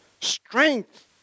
strength